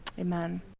Amen